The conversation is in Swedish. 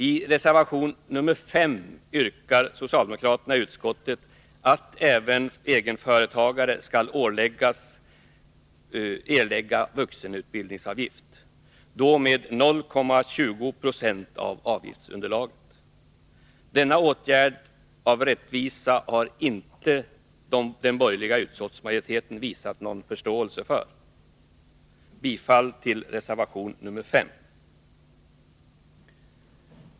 I reservation nr 5 yrkar socialdemokraterna i utskottet att även egenföretagare skall åläggas erlägga vuxenutbildningsavgift — med 0,20 Z& av avgiftsunderlaget. Denna åtgärd av rättvisa har inte den borgerliga utskottsmajoriteten visat någon förståelse för. Jag yrkar bifall till reservation nr 5.